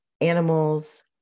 animals